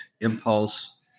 impulse